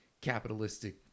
capitalistic